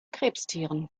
krebstieren